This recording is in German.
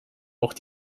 auch